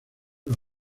los